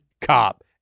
cop